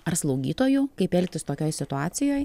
ar slaugytoju kaip elgtis tokioj situacijoj